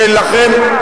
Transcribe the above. אתה טועה בכל מלה.